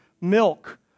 milk